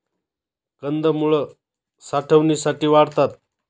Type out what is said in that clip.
कंदमुळं साठवणीसाठी वाढतात